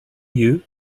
you